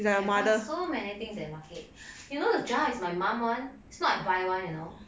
so many things at that market you know the jar is my mum [one] it's not I buy [one] you know